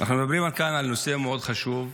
אנחנו מדברים כאן על נושא מאוד חשוב,